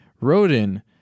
Rodin